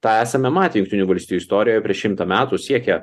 tą esame matę jungtinių valstijų istorijoje prieš šimtą metų siekia